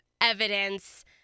evidence